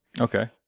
Okay